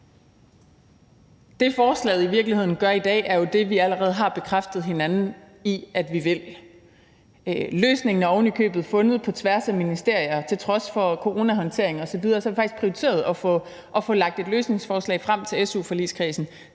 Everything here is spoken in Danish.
Det, forslaget i virkeligheden bekræfter i dag, er jo det, vi allerede har sagt til hinanden vi vil. Løsningen er ovenikøbet fundet på tværs af ministerier. Til trods for coronahåndtering osv. har vi faktisk prioriteret at få lagt et løsningsforslag frem til su-forligskredsen.